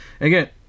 Again